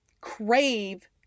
crave